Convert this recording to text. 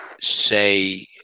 say